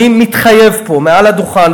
אני מתחייב פה מעל הדוכן,